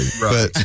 Right